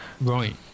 Right